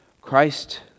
Christ